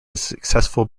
successful